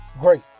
great